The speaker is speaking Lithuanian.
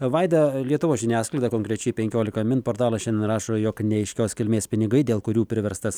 vaida lietuvos žiniasklaida konkrečiai penkiolika min portalas šiandien rašo jog neaiškios kilmės pinigai dėl kurių priverstas